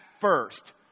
first